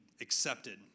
accepted